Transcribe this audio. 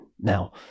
Now